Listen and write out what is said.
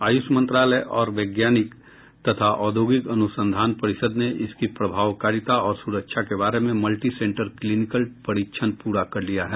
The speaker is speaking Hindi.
आयुष मंत्रालय और वैज्ञानिक तथा औद्योगिक अनुसंधान परिषद ने इसकी प्रभावकारिता और सुरक्षा के बारे में मल्टी सेंटर क्लीनिकल परीक्षण प्ररा कर लिया है